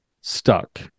stuck